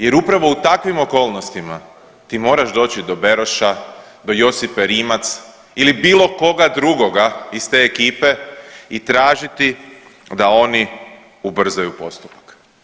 Jer upravo u takvim okolnostima ti moraš doći do Beroša, do Josipe Rimac ili bilo koga drugoga iz te ekipe i tražiti da oni ubrzaju postupak.